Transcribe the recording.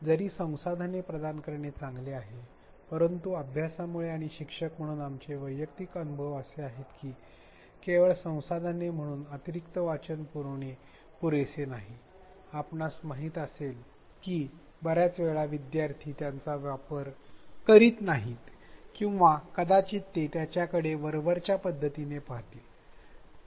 जरी संसाधने प्रदान करणे चांगले आहे परंतु अभ्यासामुळे आणि शिक्षक म्हणून आमचे वैयक्तिक अनुभव असे आहेत की केवळ संसाधने म्हणून अतिरिक्त वाचन पुरविणे पुरेसे नाही आपणास माहित आहे की बर्याच वेळा विद्यार्थी त्यांचा वापर करीत नाहीत किंवा कदाचित ते त्याकडे वरवरच्या पद्धतीने पाहतील